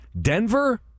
Denver